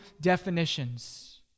definitions